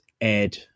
Ed